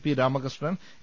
P Ramakrishnan A